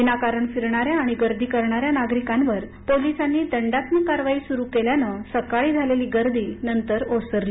विनाकारण फिरणाऱ्या आणि गर्दी करणाऱ्या नागरीकांवर पोलिसांनी दंडात्मक कारवाई सुरू केल्याने सकाळी झालेली गर्दी नंतर ओसरली